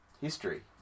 history